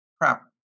problems